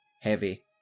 heavy